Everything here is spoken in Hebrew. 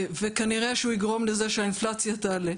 וכנראה שהוא יגרום לזה שהאינפלציה תעלה,